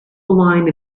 wine